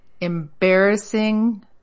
embarrassing